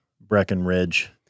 Breckenridge